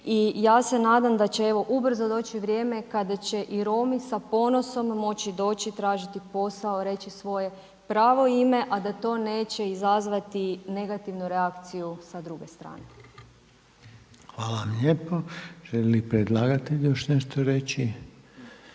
i ja se nadam da će evo ubrzo doći vrijeme kada će i Romi sa ponosom moći doći tražiti posao, reći svoje pravo ime, a da to neće izazvati negativnu reakciju sa druge strane. **Reiner, Željko (HDZ)** Hvala lijepa. Želi li predlagatelj još nešto reći?